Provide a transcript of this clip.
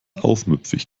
aufmüpfig